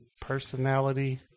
personality